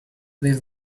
this